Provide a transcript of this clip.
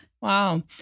Wow